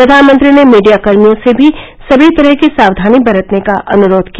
प्रधानमंत्री ने मीडियाकर्मियों से भी सभी तरह की सावधानी बरतने का अनुरोध किया